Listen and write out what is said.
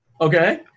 okay